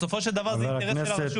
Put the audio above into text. בסופו של דבר זה אינטרס של הרשות.